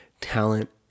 talent